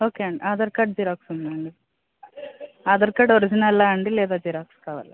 okay అండి Aadhaar card xerox ఉందండి Aadhaar card ఒరిజినలా అండి లేదా జిరాక్స్ కావాలా